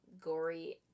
gory